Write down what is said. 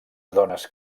dones